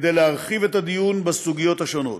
כדי להרחיב את הדיון בסוגיות השונות.